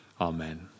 Amen